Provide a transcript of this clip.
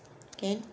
can